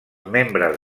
membres